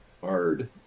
hard